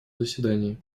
заседании